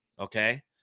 okay